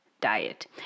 diet